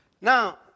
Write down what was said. Now